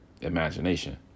imagination